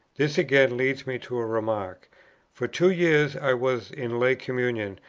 this again leads me to a remark for two years i was in lay communion,